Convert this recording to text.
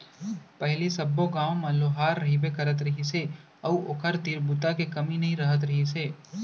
पहिली सब्बो गाँव म लोहार रहिबे करत रहिस हे अउ ओखर तीर बूता के कमी नइ रहत रहिस हे